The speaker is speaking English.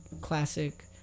classic